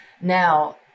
now